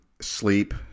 Sleep